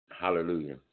Hallelujah